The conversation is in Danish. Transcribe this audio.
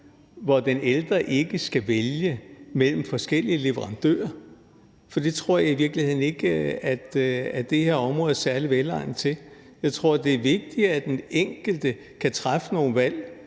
hvor den ældre ikke skal vælge mellem forskellige leverandører. For det tror jeg i virkeligheden ikke at det her område er særlig velegnet til. Jeg tror, det er vigtigere, at den enkelte kan træffe nogle valg,